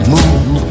Move